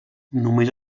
només